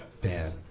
Dan